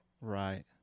Right